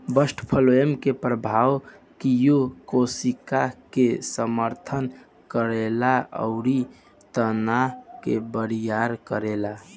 bast phloem के प्रवाह किये कोशिका के समर्थन करेला अउरी तना के बरियार करेला